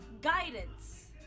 guidance